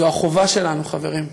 וזו החובה שלנו, חברים.